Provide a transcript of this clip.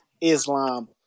Islam